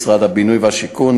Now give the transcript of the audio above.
משרד הבינוי והשיכון,